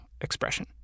expression